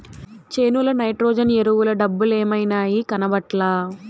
చేనుల నైట్రోజన్ ఎరువుల డబ్బలేమైనాయి, కనబట్లా